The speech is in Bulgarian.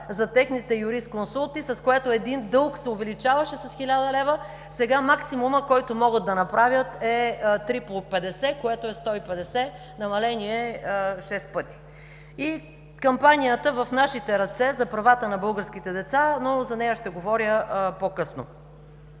за техните юрисконсулти, с което един дълг се увеличаваше с 1000 лв., сега максимумът, който могат да направят, е 3 по 50, което е 150 – намаление шест пъти. И кампанията „В нашите ръце“ за правата на българските деца, но за нея ще говоря по-късно.